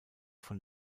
von